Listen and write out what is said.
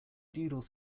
doodle